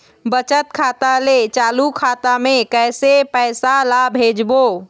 बचत खाता ले चालू खाता मे कैसे पैसा ला भेजबो?